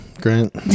grant